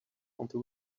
onto